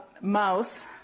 mouse